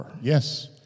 Yes